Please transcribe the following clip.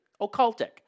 occultic